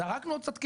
זרקנו עוד קצת כסף.